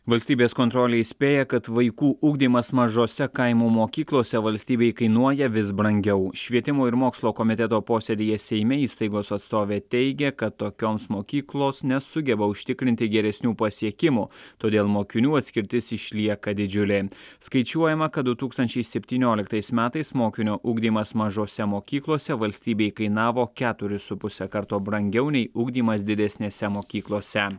valstybės kontrolė įspėja kad vaikų ugdymas mažose kaimo mokyklose valstybei kainuoja vis brangiau švietimo ir mokslo komiteto posėdyje seime įstaigos atstovė teigia kad tokioms mokyklos nesugeba užtikrinti geresnių pasiekimų todėl mokinių atskirtis išlieka didžiulė skaičiuojama kad du tūkstančiai septynioliktais metais mokinio ugdymas mažose mokyklose valstybei kainavo keturis su puse karto brangiau nei ugdymas didesnėse mokyklose